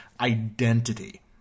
identity